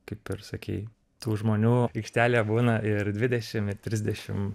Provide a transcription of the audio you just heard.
kaip ir sakei tų žmonių aikštelėje būna ir dvidešim ir trisdešim